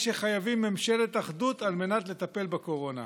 שחייבים ממשלת אחדות על מנת לטפל בקורונה.